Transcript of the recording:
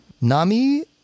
Nami